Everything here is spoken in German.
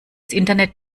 internet